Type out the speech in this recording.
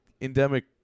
endemic